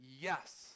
Yes